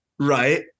Right